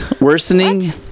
Worsening